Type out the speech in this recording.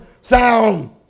sound